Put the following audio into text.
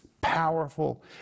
powerful